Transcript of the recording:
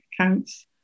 accounts